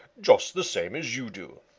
just the same as you do.